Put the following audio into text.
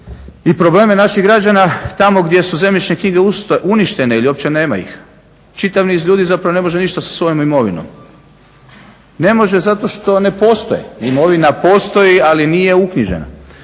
i probleme naših građana tamo gdje su zemljišne knjige uništene ili uopće nema ih. Čitav niz ljudi zapravo ne može ništa sa svojom imovinom. Ne može zato što ne postoji. Imovina postoji, ali nije uknjižena.